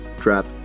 Trap